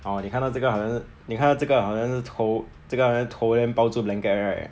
oh 你看到这个好像是你看到这个好像是头这个好像头 then 包住 blanket right